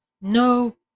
No